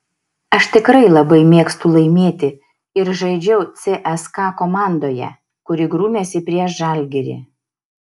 aš tikrai labai mėgstu laimėti ir žaidžiau cska komandoje kuri grūmėsi prieš žalgirį